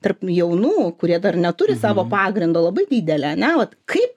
tarp jaunų kurie dar neturi savo pagrindo labai didelė ane vat kaip